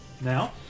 now